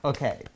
Okay